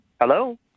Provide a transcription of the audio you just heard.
Hello